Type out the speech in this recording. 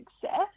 success